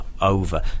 over